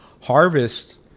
harvest